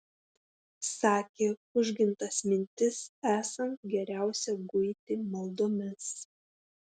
sakė užgintas mintis esant geriausia guiti maldomis